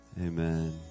Amen